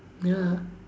ya